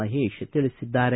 ಮಹೇಶ್ ತಿಳಿಸಿದ್ದಾರೆ